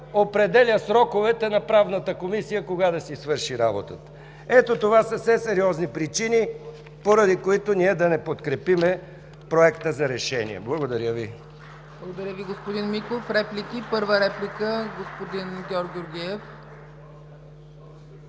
определя сроковете на Правната комисия кога да си свърши работата. Ето това са все сериозни причини, поради които да не подкрепим Проекта за решение. Благодаря Ви. ПРЕДСЕДАТЕЛ ЦЕЦКА ЦАЧЕВА: Благодаря Ви, господин Миков. Реплики? Първа реплика – господин Георг Георгиев.